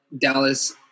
Dallas